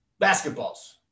basketballs